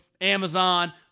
Amazon